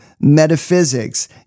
metaphysics